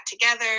together